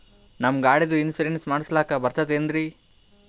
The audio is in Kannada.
ನಮ್ಮ ಗಾಡಿದು ಇನ್ಸೂರೆನ್ಸ್ ಮಾಡಸ್ಲಾಕ ಬರ್ತದೇನ್ರಿ?